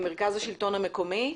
ממרכז השלטון המקומי,